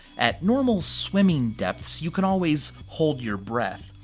at normal swimming depths you can always hold your breath,